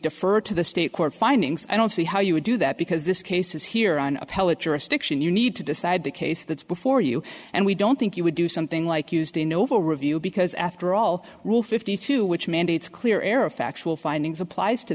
defer to the state court findings i don't see how you would do that because this case is here on appellate jurisdiction you need to decide the case that's before you and we don't think you would do something like used in novo review because after all rule fifty two which mandates clear air of factual findings applies to